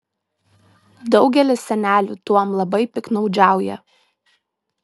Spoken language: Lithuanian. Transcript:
daugelis senelių tuom labai piktnaudžiauja